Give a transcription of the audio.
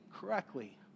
correctly